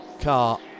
car